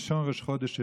חודש אלול.